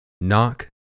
Knock